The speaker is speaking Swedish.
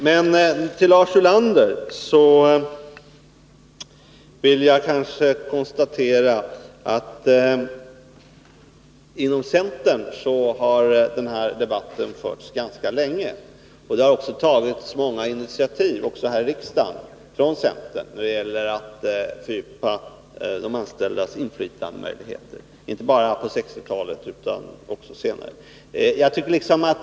För Lars Ulander vill jag peka på att inom centern har den här debatten förts ganska länge, och det har tagits många initiativ också här i riksdagen från centern då det gällt att fördjupa de anställdas inflytandemöjligheter, inte bara på 1960-talet utan också senare.